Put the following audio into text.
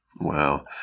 Wow